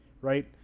right